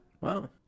Wow